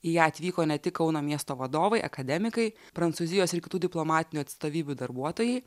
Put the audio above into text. į ją atvyko ne tik kauno miesto vadovai akademikai prancūzijos ir kitų diplomatinių atstovybių darbuotojai